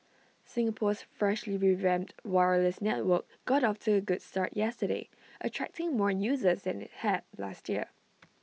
Singapore's freshly revamped wireless network got off to A good start yesterday attracting more users than IT had last year